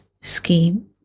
scheme